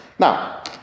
Now